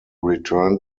return